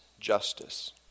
justice